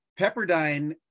Pepperdine